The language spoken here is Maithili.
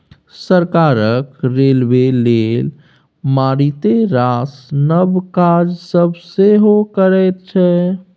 सरकार रेलबे लेल मारिते रास नब काज सब सेहो करैत छै